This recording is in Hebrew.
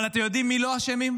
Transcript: אבל אתם יודעים מי לא אשמים?